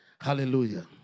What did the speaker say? Hallelujah